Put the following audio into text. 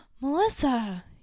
Melissa